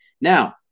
Now